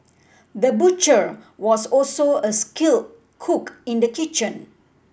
the butcher was also a skilled cook in the kitchen